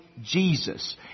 Jesus